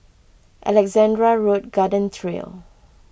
Alexandra Road Garden Trail